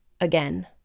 again